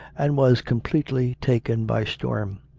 and was completely taken by storm.